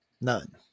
None